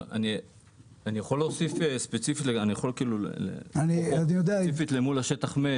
אני יכול להוסיף לגבי שטח מת.